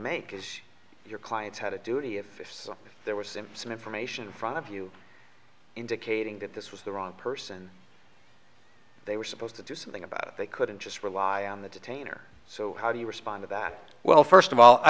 make is your clients had a duty if if so there was in some information front of you indicating that this was the wrong person they were supposed to do something about it they couldn't just rely on the detainer so how do you respond to that well first of all i